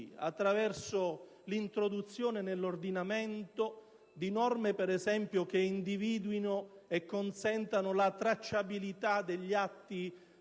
attraverso l'introduzione nell'ordinamento di norme che, ad esempio, individuino e consentano la tracciabilità degli atti